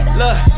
look